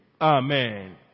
Amen